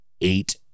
eight